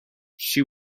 she